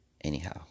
Anyhow